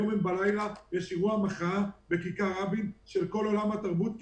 היום בלילה יש אירוע מחאה בכיכר רבין של כל עולם התרבות,